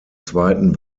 zweiten